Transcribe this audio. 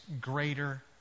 greater